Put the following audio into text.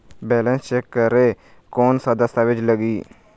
Balance check करें कोन सा दस्तावेज लगी?